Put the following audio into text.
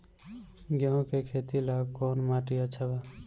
गेहूं के खेती ला कौन माटी अच्छा बा?